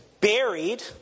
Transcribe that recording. buried